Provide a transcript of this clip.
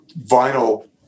vinyl